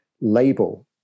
label